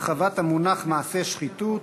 הרחבת המונח מעשה שחיתות),